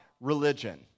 religion